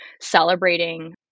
celebrating